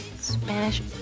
Spanish